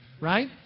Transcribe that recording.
Right